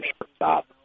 shortstop